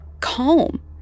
calm